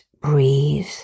breathe